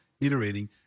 iterating